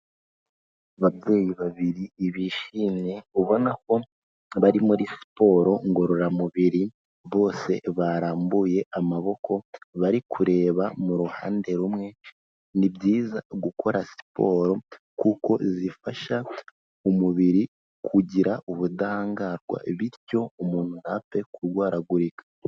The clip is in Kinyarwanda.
Ababyeyi babiri bishimye, ubona ko bari muri siporo ngororamubiri. Bose barambuye amaboko bari kureba mu ruhande rumwe, ni byiza gukora siporo kuko zifasha umubiri kugira ubudahangarwa bityo umuntu ntapfe kurwaragurika.